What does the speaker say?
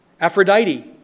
Aphrodite